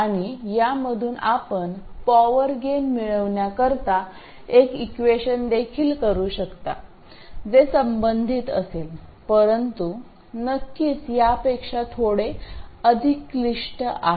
आणि यामधून आपण पॉवर गेन मिळविण्याकरिता एक इक्वेशन देखील करू शकता जे संबंधित असेल परंतु नक्कीच यापेक्षा थोडे अधिक क्लिष्ट आहे